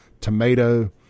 tomato